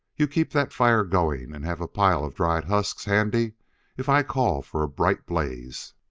you keep that fire going and have a pile of dried husks handy if i call for a bright blaze.